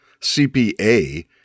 CPA